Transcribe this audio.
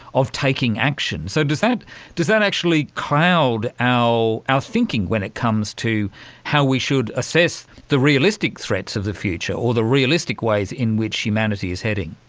of taking action. so does that does that actually cloud cloud our thinking when it comes to how we should assess the realistic threats of the future or the realistic ways in which humanity is heading?